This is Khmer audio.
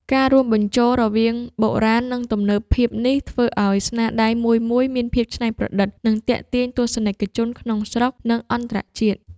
ការរួមបញ្ចូលរវាងបុរាណ និងទំនើបភាពនេះ ធ្វើឲ្យស្នាដៃមួយៗ មានភាពច្នៃប្រឌិត និងទាក់ទាញទស្សនិកជនក្នុងស្រុក និងអន្តរជាតិ។